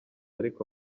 ariko